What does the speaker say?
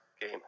game